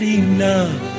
enough